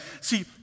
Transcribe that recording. See